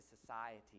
society